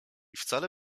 wcale